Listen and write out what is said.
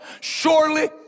Surely